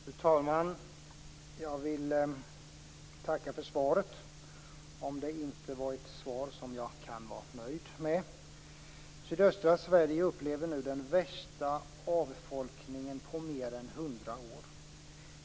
Fru talman! Jag vill tacka för svaret även om det inte är ett svar som jag kan vara nöjd med. Sydöstra Sverige upplever nu den värsta avfolkningen på mer än hundra år.